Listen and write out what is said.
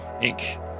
Inc